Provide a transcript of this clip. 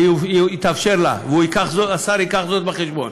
זה יתאפשר לה, והשר יביא זאת בחשבון.